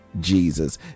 jesus